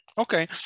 Okay